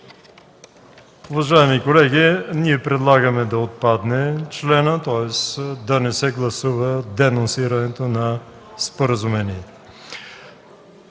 Уважаеми колеги, ние предлагаме да отпадне членът, тоест да не се гласува денонсирането на споразумението.